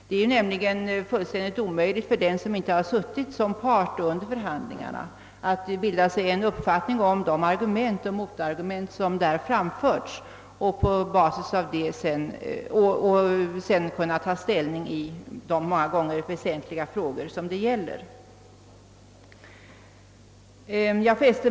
Det är nämligen fullständigt omöjligt för den, som inte suttit som part under förhandlingarna, att bilda sig en uppfattning om de argument och motargument som där framförts och att sedan ta ställning till de många gånger väsentliga frågor det gäller.